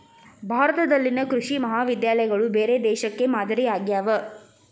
ಭಾರತದಲ್ಲಿನ ಕೃಷಿ ಮಹಾವಿದ್ಯಾಲಯಗಳು ಬೇರೆ ದೇಶಕ್ಕೆ ಮಾದರಿ ಆಗ್ಯಾವ